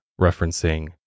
referencing